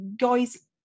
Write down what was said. guys